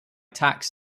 tax